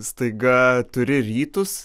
staiga turi rytus